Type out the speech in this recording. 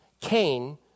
Cain